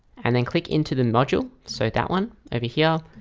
and then click into the module so that one over here.